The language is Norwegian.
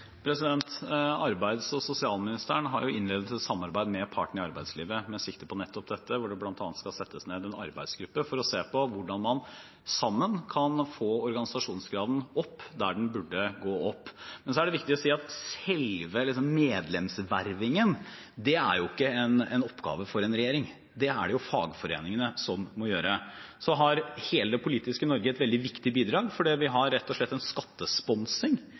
Arbeids- og sosialministeren har innledet et samarbeid med partene i arbeidslivet med sikte på nettopp dette, hvor det bl.a. skal settes ned en arbeidsgruppe for å se på hvordan man sammen kan få organisasjonsgraden opp der den burde gå opp. Så er det viktig å si at selve medlemsvervingen ikke er en oppgave for en regjering. Det er det jo fagforeningene som må gjøre. Så har hele det politiske Norge et veldig viktig bidrag, for vi har rett og slett en skattesponsing